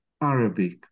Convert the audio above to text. Arabic